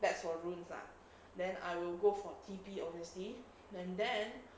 that's for runes lah then I will go for T_P obviously and then